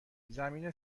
زمین